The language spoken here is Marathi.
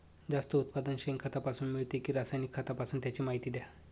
जास्त उत्पादन शेणखतापासून मिळते कि रासायनिक खतापासून? त्याची माहिती द्या